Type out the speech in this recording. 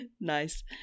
Nice